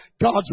God's